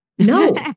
No